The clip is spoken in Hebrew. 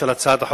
בבקשה.